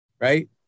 Right